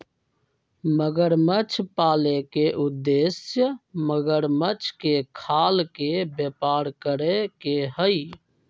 मगरमच्छ पाले के उद्देश्य मगरमच्छ के खाल के व्यापार करे के हई